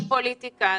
פוליטיקה.